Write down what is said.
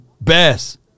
best